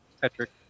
patrick